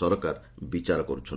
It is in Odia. ସରକାର ବିଚାର କରିଛନ୍ତି